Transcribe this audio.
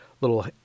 little